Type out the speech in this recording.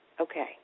okay